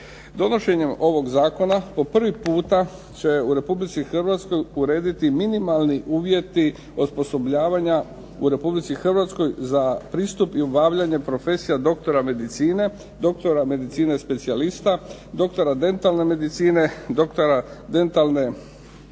donošenjem ovog zakona po prvi puta će u Republici Hrvatskoj urediti minimalni uvjeti osposobljavanja u Republici Hrvatskoj za pristup i obavljanje profesija doktora medicine, doktora medicine specijalista, doktora dentalne medicine, doktora dentalne